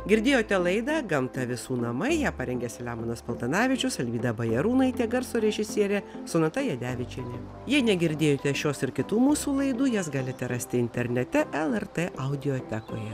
girdėjote laidą gamta visų namai ją parengė selemonas paltanavičius alvyda bajarūnaitė garso režisierė sonata jadevičienė jei negirdėjote šios ir kitų mūsų laidų jas galite rasti internete lrt audiotekoje